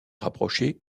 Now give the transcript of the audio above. rapproché